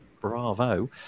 Bravo